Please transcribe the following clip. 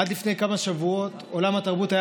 עד לפני כמה שבועות עולם התרבות היה